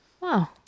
Wow